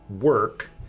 work